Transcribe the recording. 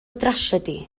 drasiedi